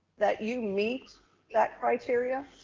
that you meet that criteria?